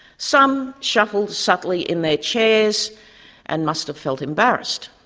some shuffled subtly in their chairs and must have felt embarrassed.